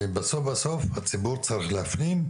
בסוף בסוף הציבור צריך להפנים,